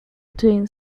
between